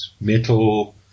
metal